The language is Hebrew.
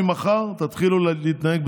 בו נגד ד"ר מנסור עבאס "כאילו הוא אדם בוגדני,